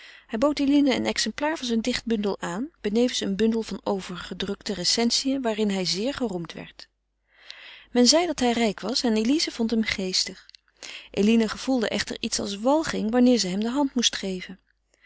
hij bood eline een exemplaar van zijn dichtbundel aan benevens een bundel van overgedrukte recensiën waarin hij zeer geroemd werd men zeide dat hij rijk was en elize vond hem geestig eline echter gevoelde iets als walging wanneer zij hem de hand moest geven